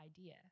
idea